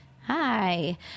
Hi